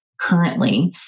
currently